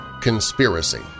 conspiracy